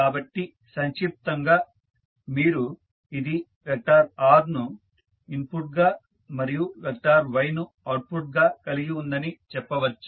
కాబట్టి సంక్షిప్తంగా మీరు ఇది వెక్టార్ R ను ఇన్పుట్గా మరియు వెక్టార్ Y ను అవుట్పుట్గా కలిగి ఉందని చెప్పవచ్చు